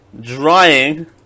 drying